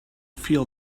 feel